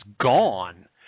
gone